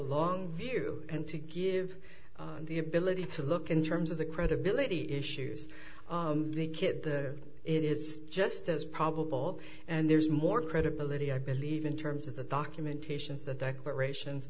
long view and to give the ability to look in terms of the credibility issues the kid the it is just as probable and there's more credibility i believe in terms of the documentation the declaration